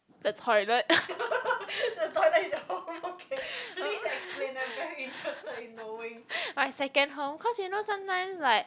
the toilet my second home cause you know sometimes like